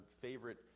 favorite